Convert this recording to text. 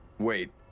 Wait